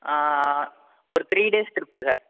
ஒரு three days trip sir